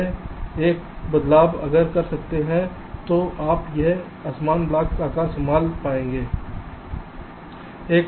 बस यह एक बदलाव अगर आप करते हैं तो आप यह असमान ब्लॉक आकार संभाल पाएंगे है